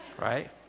Right